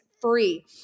free